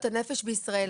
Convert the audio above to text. מישהו